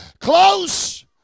close